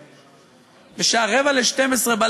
23:45,